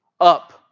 Up